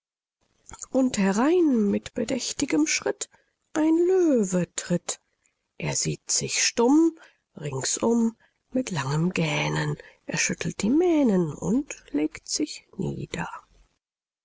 und herein mit bedächtigem schritt ein löwe tritt er sieht sich stumm ringsum mit langem gähnen er schüttelt die mähnen und legt sich nieder